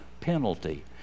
penalty